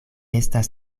estas